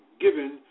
given